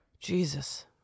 Jesus